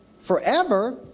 forever